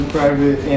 Private